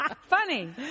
funny